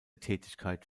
tätigkeiten